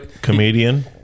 comedian